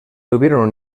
tuvieron